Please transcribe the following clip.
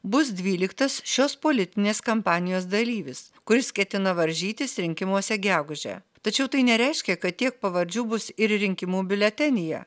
bus dvyliktas šios politinės kampanijos dalyvis kuris ketina varžytis rinkimuose gegužę tačiau tai nereiškia kad tiek pavardžių bus ir rinkimų biuletenyje